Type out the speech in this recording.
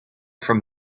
from